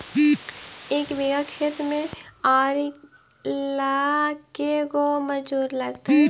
एक बिघा खेत में आरि ल के गो मजुर लगतै?